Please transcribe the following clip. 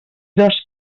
dos